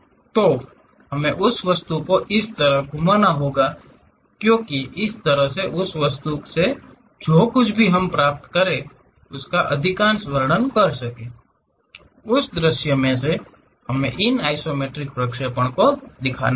तो हमें उस वस्तु को इस तरह घुमाना होगा कि क्योकि इस तरीके से उस वस्तु से जो कुछ भी हम प्राप्त कर सकें उसका अधिकांश वर्णन कर सके उस दृश्य में से हमें इन आइसोमेट्रिक प्रक्षेपणों को दिखाना होगा